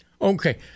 Okay